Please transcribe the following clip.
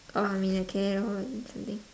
or on media care on something